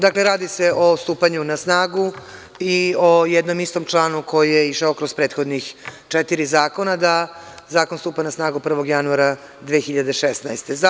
Dakle, radi se o stupanju na snagu i o jednom istom članu koji je išao kroz prethodna četiri zakona, da zakon stupa na snagu 1. januara 2016. godine.